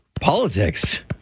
politics